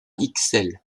ixelles